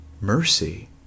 mercy